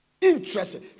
Interesting